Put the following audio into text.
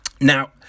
Now